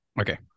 okay